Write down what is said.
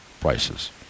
prices